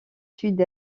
sud